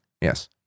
Yes